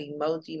emoji